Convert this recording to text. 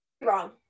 wrong